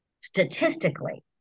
statistically